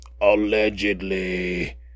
allegedly